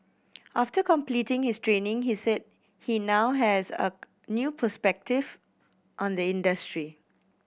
after completing his training he said he now has a new perspective on the industry